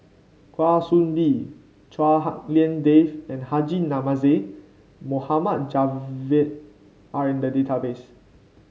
Kwa Soon Bee Chua Hak Lien Dave and Haji Namazie Mohd Javad are in the database